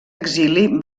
exili